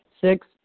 Six